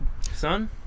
son